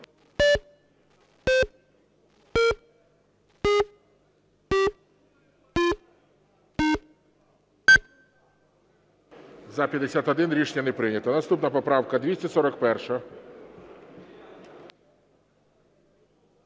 За-51 Рішення не прийнято. Наступна поправка 241.